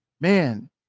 man